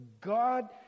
God